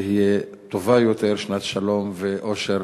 תהיה טובה יותר, שנת שלום ואושר